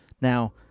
Now